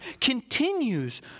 continues